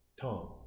Tom